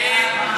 ואין,